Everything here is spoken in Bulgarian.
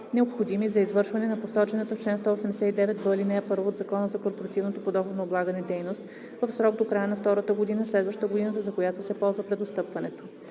необходими за извършване на посочената в чл. 189б, ал. 1 от Закона за корпоративното подоходно облагане дейност, в срок до края на втората година, следваща годината, за която се ползва преотстъпването.